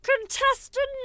contestant